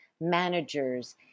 managers